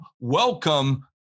welcome